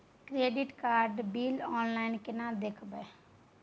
Credit card के bill online केना देखबय?